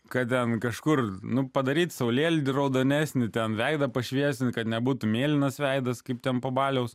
kad ten kažkur nu padaryti saulėlydį raudonesni ten veidą pašviesinti kad nebūtų mėlynas veidas kaip ten po baliaus